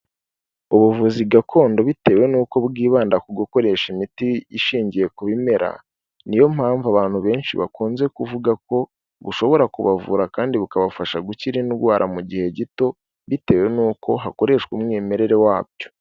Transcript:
Ubuvuzi gakondo bitewe n'uko bwibanda ku gukoresha imiti ishingiye ku bimera, ni yo mpamvu abantu benshi bakunze kuvuga ko bushobora kubavura kandi bukabafasha gukira indwara mu gihe gito bitewe nuko hakoreshwa umwimerere wabyo.